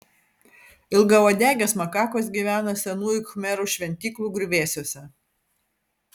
ilgauodegės makakos gyvena senųjų khmerų šventyklų griuvėsiuose